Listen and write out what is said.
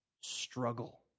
struggle